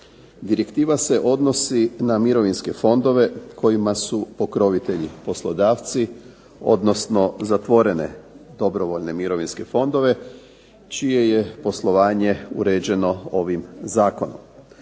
Direktiva se odnosi na mirovinske fondove kojima su pokrovitelji poslodavci odnosno zatvorene dobrovoljne mirovinske fondove čije je poslovanje uređeno ovim zakonom.